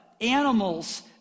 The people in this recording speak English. animals